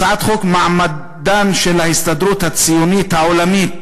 הצעת חוק מעמדן של ההסתדרות הציונית העולמית